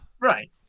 Right